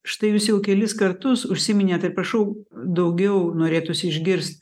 štai jūs jau kelis kartus užsiminėte prašau daugiau norėtųsi išgirst